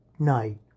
Night